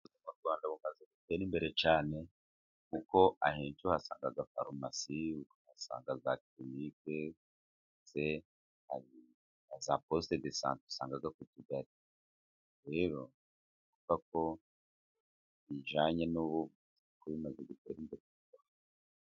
Mu Rwanda bumaze gutera imbere cyane. Kuko ahenshi u uhasanga farumasi, uhasanga za kirinike, ndetse na za poste de sante usanga ku tugali. Rero urumva ko ku bijyanye n'ubuvuzi ,bumaze gutera imbere.